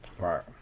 right